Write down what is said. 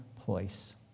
place